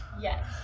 Yes